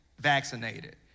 vaccinated